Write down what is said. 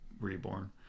reborn